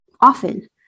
often